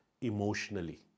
emotionally